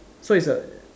so it's a